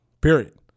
period